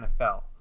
NFL